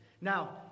Now